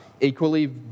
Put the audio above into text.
equally